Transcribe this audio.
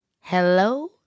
Hello